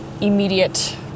immediate